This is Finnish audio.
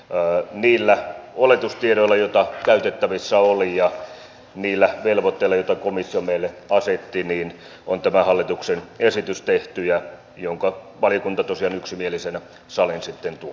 mutta niillä oletustiedoilla joita käytettävissä oli ja niillä velvoitteilla joita komissio meille asetti on tämä hallituksen esitys tehty jonka valiokunta tosiaan yksimielisenä saliin sitten tuo